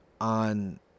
on